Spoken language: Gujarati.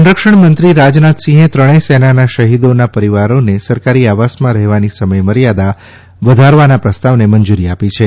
સંરક્ષણમંત્રી શ્રી રાજનાથસિંહે ત્રણેય સેનાના શહીદોના પરિવારોને સરકારી આવાસમાં રહેવાની સમયમર્યાદા વધારવાના પ્રસ્તાવને મંજૂરી આપી છે